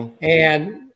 and-